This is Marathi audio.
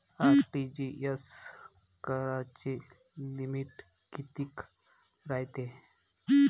आर.टी.जी.एस कराची लिमिट कितीक रायते?